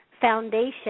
foundation